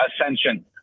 ascension